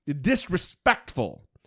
disrespectful